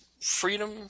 freedom